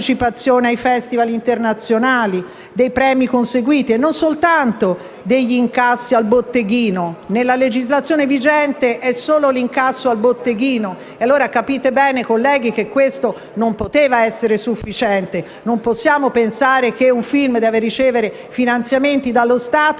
ai *festival* internazionali, dei premi conseguiti, e non soltanto degli incassi al botteghino. Nella legislazione vigente si considera solo il parametro dell'incasso al botteghino. Capite bene, colleghi, che questo non poteva essere sufficiente: non possiamo pensare che un film debba ricevere finanziamenti dallo Stato